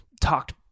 talked